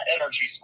energy